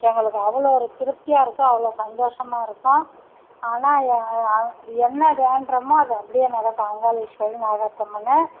எங்களுக்கு அவ்வளோ ஒரு திருப்தியாக இருக்கும் அவ்வளோ சந்தோஷமாக இருக்கும் ஆனால் என்ன வேண்டுறோமோ அது அப்படியே நடக்கும் அங்காள ஈஸ்வரி நாகாத்தம்மன்